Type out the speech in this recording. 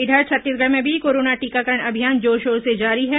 इधर छत्तीसगढ़ में भी कोरोना टीकाकरण अभियान जोरशोर से जारी है